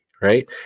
Right